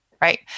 right